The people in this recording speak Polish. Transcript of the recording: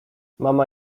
mama